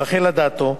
רחל אדטו,